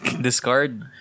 discard